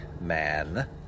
man